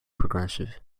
progressive